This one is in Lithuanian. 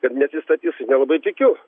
kad neatsisakys nelabai tikiu